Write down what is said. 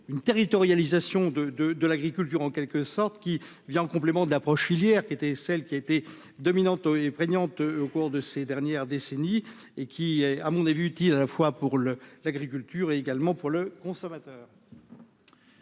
une territorialisation de, de, de l'agriculture en quelque sorte qui vient en complément d'approche filière qui était celle qui a été dominante au et prégnante au cours de ces dernières décennies et qui est à mon avis, utiles à la fois pour le l'agriculture est également pour le consommateur.